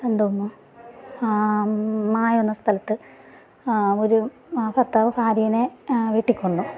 എന്തോ അമ്മ മാ എന്ന സ്ഥലത്ത് ഒരു ഭർത്താവ് ഭാര്യനെ വെട്ടിക്കൊന്നു